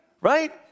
Right